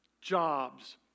jobs